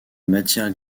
matières